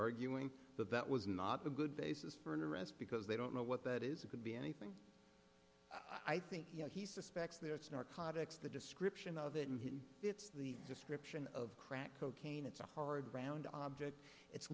arguing that that was not a good basis for an arrest because they don't know what that is it could be anything i think he suspects there it's in our contacts the description of it and he fits the description of crack cocaine it's a hard round object it's